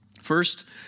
First